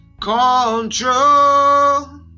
control